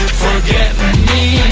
forget me